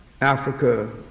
Africa